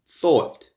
thought